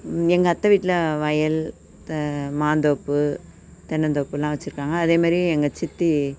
எங்கள் அத்தை வீட்டில் வயல் த மாந்தோப்பு தென்னந்தோப்புலாம் வச்சுருக்காங்க அதேமாதிரி எங்கள் சித்தி